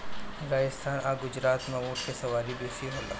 राजस्थान आ गुजरात में ऊँट के सवारी बेसी होला